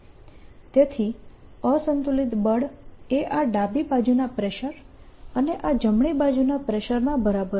તેથી અસંતુલિત બળ એ આ ડાબી બાજુના પ્રેશર અને આ જમણી બાજુના પ્રેશરના બરાબર છે